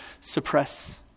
suppress